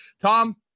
Tom